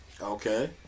Okay